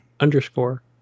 Underscore